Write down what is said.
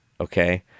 okay